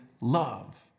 love